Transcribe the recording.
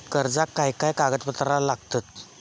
कर्जाक काय काय कागदपत्रा लागतत?